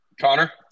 Connor